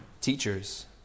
teachers